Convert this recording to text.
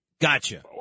Gotcha